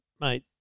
mate